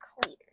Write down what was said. clear